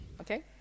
Okay